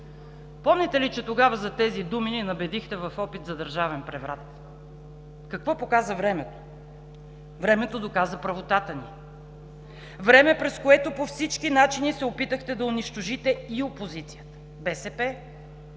Помните ли, че за тези думи тогава ни набедихте в опит за държавен преврат? Какво показа времето? Времето доказа правотата ни – време, през което по всички начини се опитахте да унищожите и опозицията – БСП